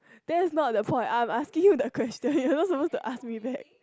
there's not the point I'm asking you the question you not supposed to ask me back